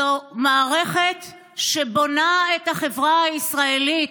זו מערכת שבונה את החברה הישראלית.